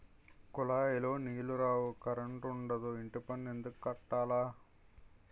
కులాయిలో నీలు రావు కరంటుండదు ఇంటిపన్ను ఎందుక్కట్టాల